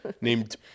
named